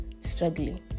struggling